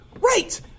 Right